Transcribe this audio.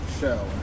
show